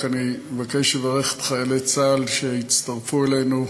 רק אני מבקש לברך את חיילי צה"ל שהצטרפו אלינו.